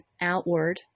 outward